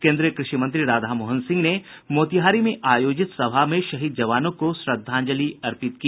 केन्द्रीय कृषि मंत्री राधामोहन सिंह ने मोतिहारी में आयोजित सभा में शहीद जवानों को श्रद्धांजलि अर्पित की